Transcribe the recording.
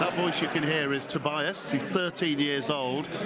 ah voice you can hear is tobias, who's thirteen years old,